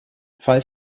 falls